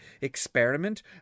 experiment